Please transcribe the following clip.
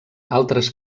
altres